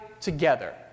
together